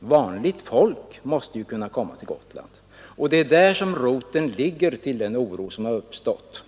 Vanligt folk måste kunna komma till Gotland. Det är där roten ligger till den oro som har uppstått.